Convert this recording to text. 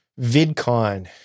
VidCon